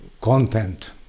content